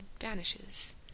vanishes